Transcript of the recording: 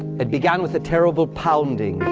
it began with a terrible pounding.